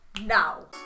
Now